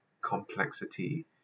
complexity